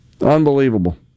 Unbelievable